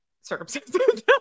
circumstances